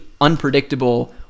unpredictable